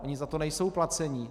Oni za to nejsou placeni.